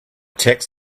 tax